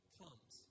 comes